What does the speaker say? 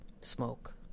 smoke